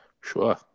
Sure